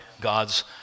God's